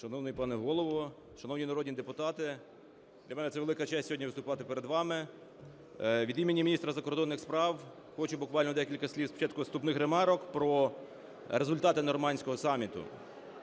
Шановний пане Голово, шановні народні депутати, для мене це велика честь сьогодні виступати перед вами. Від імені міністра закордонних справ хочу буквально декілька слів, спочатку вступних ремарок, про результати "нормандського саміту".